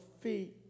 feet